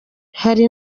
hari